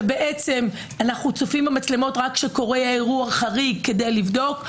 שבעצם אנחנו צופים במצלמות רק כשקורה אירוע חריג כדי לבדוק.